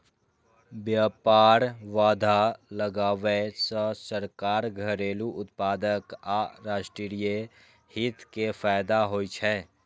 व्यापार बाधा लगाबै सं सरकार, घरेलू उत्पादक आ राष्ट्रीय हित कें फायदा होइ छै